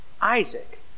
Isaac